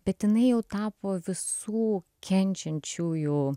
bet jinai jau tapo visų kenčiančiųjų